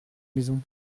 maison